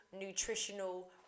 nutritional